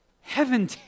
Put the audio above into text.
Heaven